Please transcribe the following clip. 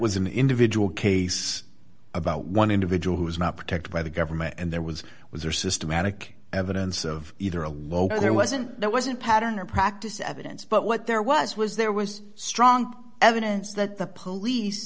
was an individual case about one individual who is not protected by the government and there was was there systematic evidence of either a well there wasn't there was a pattern or practice evidence but what there was was there was strong evidence that the police